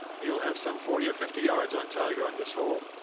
he'll have some forty or fifty yards on tiger on this hole.